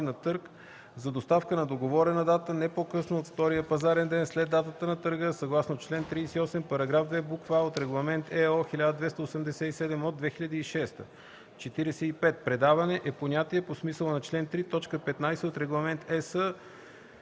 на търг за доставка на договорена дата не по-късно от втория пазарен ден след датата на търга съгласно чл. 38, параграф 2, буква „а“ от Регламент (ЕО) № 1287/2006. 45. „Предаване” e понятие по смисъла на чл. 3, т. 15 от Регламент (ЕС)